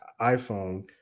iPhone